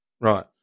Right